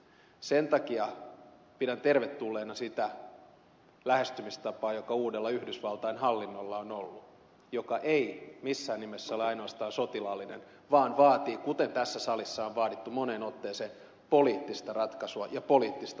sen takia pidän tervetulleena sitä lähestymistapaa joka uudella yhdysvaltain hallinnolla on ollut ja joka ei missään nimessä ole ainoastaan sotilaallinen vaan vaatii kuten tässä salissa on vaadittu moneen otteeseen poliittista ratkaisua ja poliittista lähtökohtaa